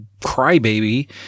crybaby